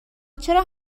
چرا